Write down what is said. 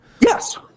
Yes